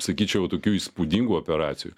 sakyčiau tokių įspūdingų operacijų